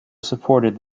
supported